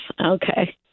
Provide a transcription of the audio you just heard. okay